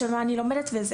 של מה אני לומדת וכו'.